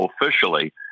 officially